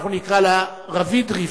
אנחנו נקרא לה: רביד-רבקה.